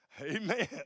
Amen